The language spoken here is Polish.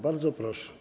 Bardzo proszę.